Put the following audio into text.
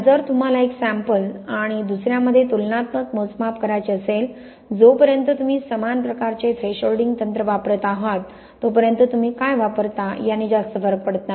जर तुम्हाला एक सॅम्पल आणि दुसर्यामध्ये तुलनात्मक मोजमाप करायचे असेल जोपर्यंत तुम्ही समान प्रकारचे थ्रेशोल्डिंग तंत्र वापरत आहात तोपर्यंत तुम्ही काय वापरता याने जास्त फरक पडत नाही